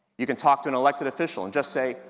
you can talk to an elected official and just say,